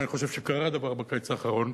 ואני חושב שקרה דבר בקיץ האחרון,